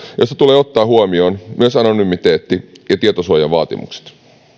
joissa tulee ottaa huomioon myös anonymiteetti ja tietosuojavaatimukset